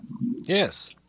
Yes